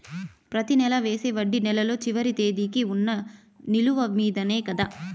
ప్రతి నెల వేసే వడ్డీ నెలలో చివరి తేదీకి వున్న నిలువ మీదనే కదా?